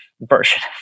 version